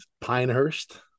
Pinehurst